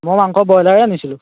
মই মাংস ব্ৰয়লাৰে আনিছিলোঁ